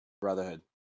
Brotherhood